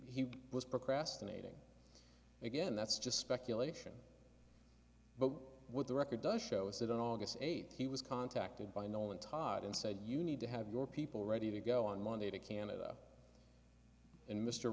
he was procrastinating again that's just speculation but what the record does show is that on august eighth he was contacted by nolan todd and said you need to have your people ready to go on monday to canada and mr